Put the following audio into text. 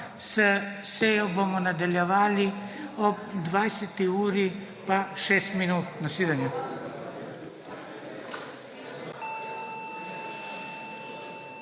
S sejo bomo nadaljevali ob 20. uri pa šest minut. Nasvidenje.